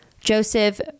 Joseph